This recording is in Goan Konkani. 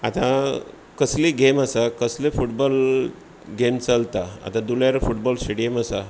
आतां कसलीय गेम आसा कसलीय फुटबॉल गेम चलता आतां धुळेर फुटबॉल स्टॅडियम आसा